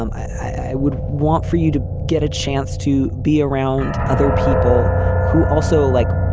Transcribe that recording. um i would want for you to get a chance to be around other people who also, like,